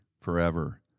forever